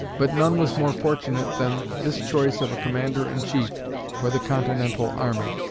but none was more fortunate than this choice of a commander-in-chief for the continental army.